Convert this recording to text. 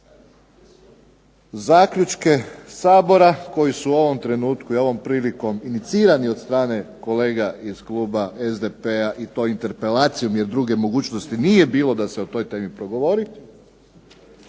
zaključke Sabora koji su u ovom trenutku i ovom prilikom inicirani od strane kolega iz kluba SDP-a i to interpelacijom, jer druge mogućnosti nije bilo da se o toj temi progovori.